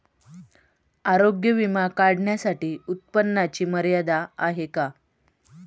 आरोग्य विमा काढण्यासाठी उत्पन्नाची मर्यादा आहे का?